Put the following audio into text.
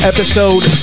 Episode